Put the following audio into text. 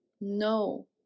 no